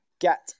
get